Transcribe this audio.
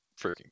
freaking